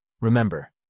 Remember